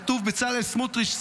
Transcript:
כתוב בצלאל סמוטריץ',